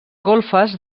golfes